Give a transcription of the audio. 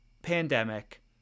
pandemic